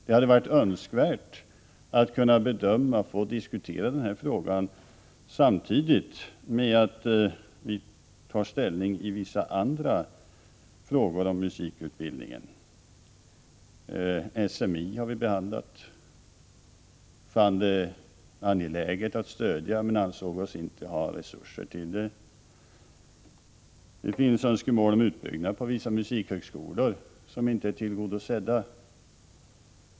Det hade varit önskvärt att kunna bedöma och diskutera den här frågan samtidigt med att vi tar ställning till vissa andra frågor som gäller musikutbildningen. SMI har vi behandlat. Vi fann det angeläget att ge stöd men ansåg oss inte ha resurser till det. Det finns önskemål om utbyggnad på vissa musikhögskolor som inte är tillgodosedda.